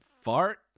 Fart